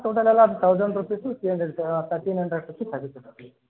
total ಎಲ್ಲ thousand rupees three hundred thirteen hundred rupees ಆಗುತ್ತೆ sir